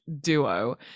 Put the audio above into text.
duo